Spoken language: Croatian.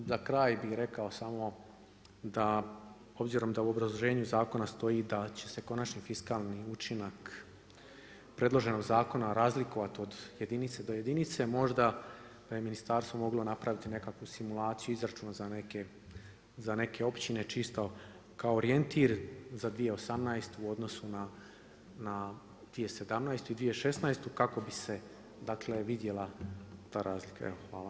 Za kraj bi rekao samo da obzirom u obrazloženju zakona stoji da će se konačno fiskalni učinak predloženog zakona razlikovati od jedinice do jedinice, možda da je ministarstvo moglo napraviti nekakvu simulaciju izračuna za neke općine čisto kao orijentir za 2018. u odnosu na 2017. i 2016. kako bi se vidjela ta razlika.